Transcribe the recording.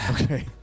okay